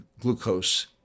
glucose